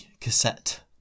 cassette